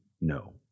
no